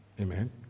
Amen